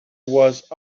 was